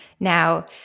Now